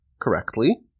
correctly